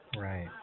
right